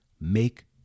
Make